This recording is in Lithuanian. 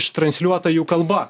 ištransliuota jų kalba